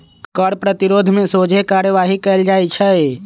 कर प्रतिरोध में सोझे कार्यवाही कएल जाइ छइ